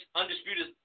undisputed